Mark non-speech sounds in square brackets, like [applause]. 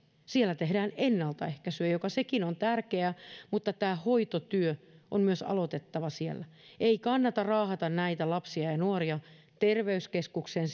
siellä tehdään ennaltaehkäisyä joka sekin on tärkeää mutta tämä hoitotyö on myös aloitettava siellä ei kannata raahata näitä lapsia ja ja nuoria terveyskeskukseen [unintelligible]